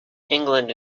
england